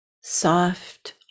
Soft